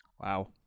Wow